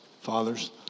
fathers